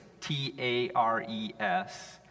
T-A-R-E-S